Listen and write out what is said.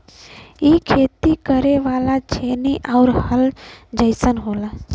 इ खेती करे वाला छेनी आउर हल जइसन होला